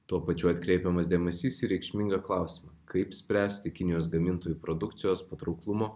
tuo pačiu atkreipiamas dėmesys į reikšmingą klausimą kaip spręsti kinijos gamintojų produkcijos patrauklumo